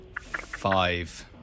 Five